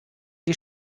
die